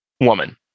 woman